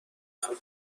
بخون